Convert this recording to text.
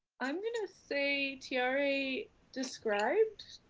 i'm gonna say tiare described